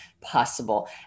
possible